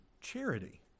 charity